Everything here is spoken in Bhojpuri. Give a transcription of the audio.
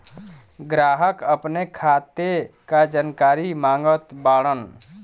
ग्राहक अपने खाते का जानकारी मागत बाणन?